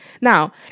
Now